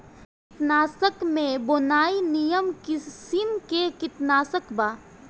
कीटनाशक में बोनाइड निमन किसिम के कीटनाशक बा